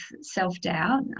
self-doubt